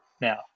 now